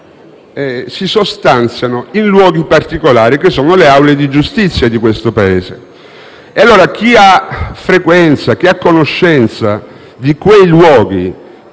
si sostanziano in luoghi particolari, che sono le aule di giustizia di questo Paese. Chi ha frequenza e conoscenza di quei luoghi